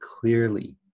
clearly